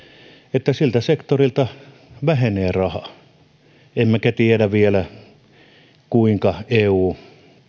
että siltä sektorilta vähenee raha emmekä tiedä vielä kuinka eu